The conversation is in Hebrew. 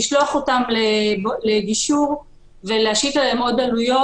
לשלוח אולם לגישור ולהשית עליהם עוד עלויות,